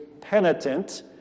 penitent